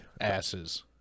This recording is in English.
Asses